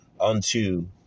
unto